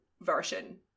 version